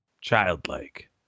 childlike